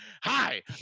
hi